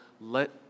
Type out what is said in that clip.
Let